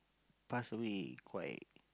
passed away quite